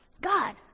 God